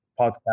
podcast